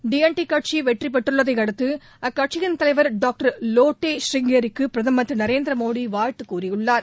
DND கட்சி வெற்றி பெற்றுள்ளதை அடுத்து அக்கட்சியிள் தலைவர் டாங்டர் லோட்டே ஷெரிங்கிற்கு பிரதமர் திரு நரேந்திர மோடி வாழ்த்து தெரிவித்துள்ளார்